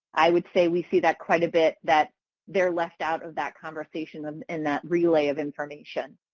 i would say we see that quite a bit, that they're left out of that conversation and and that relay of information.